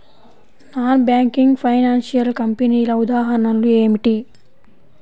Non banking financial కంపెనీల ఉదాహరణలు ఏమిటి?